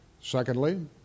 Secondly